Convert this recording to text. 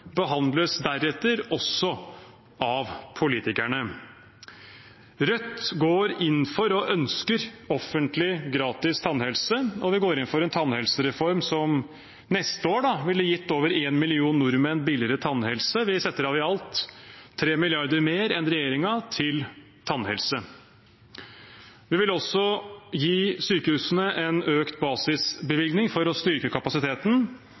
behandles deretter, også av politikerne. Rødt går inn for og ønsker offentlig, gratis tannhelse. Vi går inn for en tannhelsereform som neste år ville ha gitt over én million nordmenn billigere tannhelse. Vi setter av i alt 3 mrd. kr mer enn regjeringen til tannhelse. Vi vil gi sykehusene en økt basisbevilgning for å styrke kapasiteten.